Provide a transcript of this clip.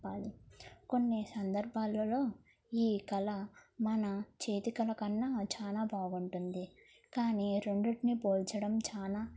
చెప్పాలి కొన్ని సందర్భాలలో ఈ కళ మన చేతికళ కన్నా చాలా బాగుంటుంది కానీ రెండిటిని పోల్చడం చాలా